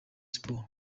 sports